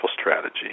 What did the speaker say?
strategy